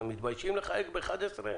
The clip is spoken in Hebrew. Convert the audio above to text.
נראה לכם שאנשים מתביישים לחייג באחת עשרה